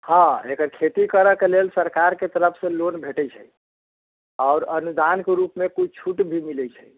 हाँ एकर खेती करऽके लेल सरकारके तरफसँ लोन भेटैत छै आओर अन्नदानके रूपमे किछु छूट भी मिलैत छै